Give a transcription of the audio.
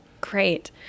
Great